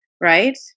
right